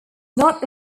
not